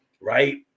right